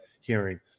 hearing